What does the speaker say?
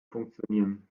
funktionieren